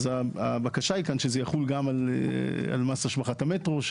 אז הבקשה היא כאן שזה יחול גם על מס השבחת המטרו.